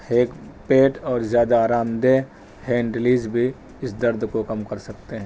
ایک پیٹ اور زیادہ آرام دہ ہینڈلیز بھی اس درد کو کم کر سکتے ہیں